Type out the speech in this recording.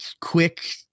quick